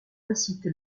incité